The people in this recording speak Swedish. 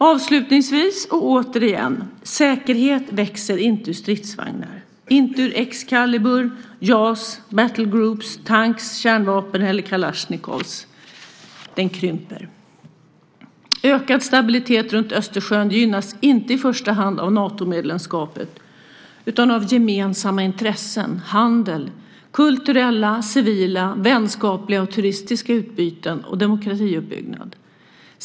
Avslutningsvis, och återigen, vill jag säga att säkerhet inte växer ur stridsvagnar, inte ur Excalibur, JAS, battle groups , tanks, kärnvapen eller kalasjnikov; den krymper. Ökad stabilitet runt Östersjön gynnas inte i första hand av Natomedlemskapet utan av gemensamma intressen, handel, kulturella, civila, vänskapliga och turistiska utbyten och demokratiuppbyggnad.